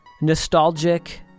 nostalgic